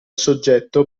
soggetto